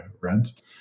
rent